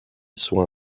soit